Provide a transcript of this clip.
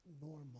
normal